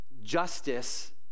justice